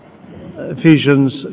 Ephesians